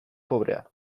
pobrea